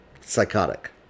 psychotic